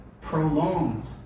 prolongs